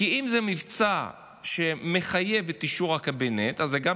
כי אם זה מבצע שמחייב את אישור הקבינט אז זה גם